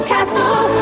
Castle